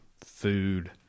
food